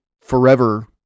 forever